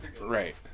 right